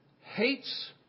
hates